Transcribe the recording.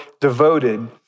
devoted